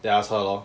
then I ask her lor